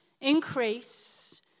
increase